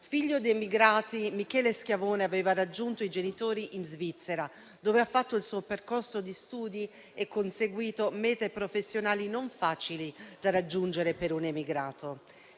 Figlio di emigrati, Michele Schiavone aveva raggiunto i genitori in Svizzera, dove ha fatto il suo percorso di studi e conseguito mete professionali non facili da raggiungere per un emigrato.